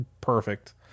perfect